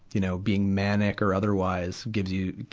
you know, being manic or otherwise, gives you,